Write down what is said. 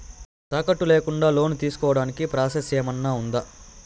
తాకట్టు లేకుండా లోను తీసుకోడానికి ప్రాసెస్ ఏమన్నా ఉందా?